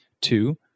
Two